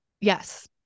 Yes